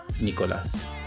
Nicolás